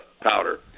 powder